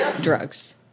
drugs